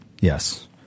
Yes